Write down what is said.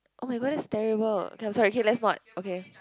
oh-my-god that's terrible okay I'm sorry let's not okay